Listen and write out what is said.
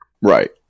Right